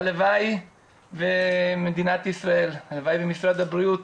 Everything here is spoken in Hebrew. הלוואי ומדינת ישראל, הלוואי ומשרד הבריאות,